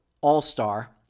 all-star